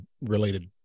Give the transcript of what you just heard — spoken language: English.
related